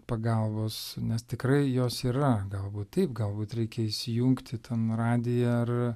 pagalbos nes tikrai jos yra galbūt taip galbūt reikia įjungti ten radiją ar